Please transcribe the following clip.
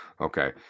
Okay